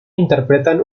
interpretan